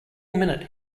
minute